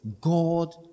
God